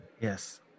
Yes